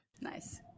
Nice